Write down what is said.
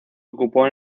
ocupó